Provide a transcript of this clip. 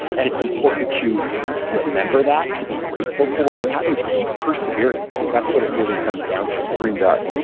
and it's important to remember that, to be grateful for what you have and to keep persevering because that's what it really comes down to green dot.